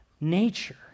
nature